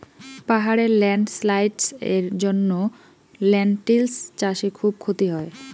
পাহাড়ে ল্যান্ডস্লাইডস্ এর জন্য লেনটিল্স চাষে খুব ক্ষতি হয়